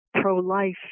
pro-life